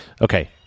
Okay